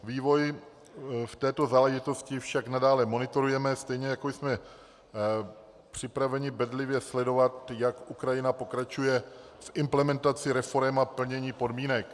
Vývoj v této záležitosti však nadále monitorujeme, stejně jako jsme připraveni bedlivě sledovat, jak Ukrajina pokračuje v implementaci reforem a plnění podmínek.